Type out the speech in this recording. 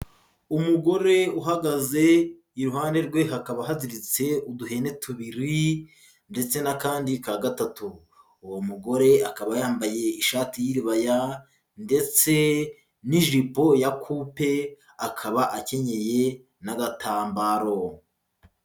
Umugore uhagaze, iruhande rwe hakaba haziritse uduhene tubiri ndetse n'akandi ka gatatu, uwo mugore akaba yambaye ishati y'iribaya ndetse n'ijipo ya kupe, akaba akenyeye n'agatambaro.